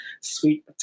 sweet